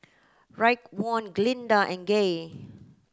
Raekwon Glinda and Gay